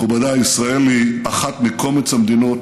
מכובדיי, ישראל היא אחת מקומץ המדינות